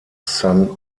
san